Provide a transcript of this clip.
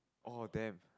oh damn